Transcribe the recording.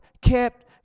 kept